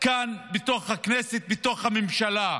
כאן בתוך הכנסת, בתוך הממשלה.